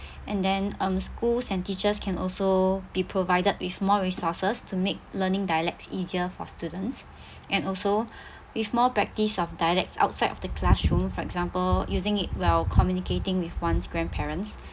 and then um schools and teachers can also be provided with more resources to make learning dialects easier for students and also with more practice of dialects outside of the classroom for example using it while communicating with one's grandparents